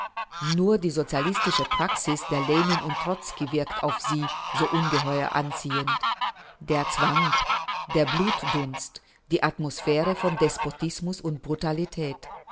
nur die sozialistische praxis der lenin und trotzki wirkt auf sie so ungeheuer anziehend der zwang der blutdunst die atmosphäre von despotismus und brutalität